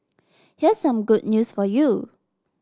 here's some good news for you